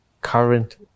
current